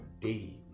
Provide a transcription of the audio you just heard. day